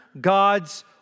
God's